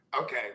Okay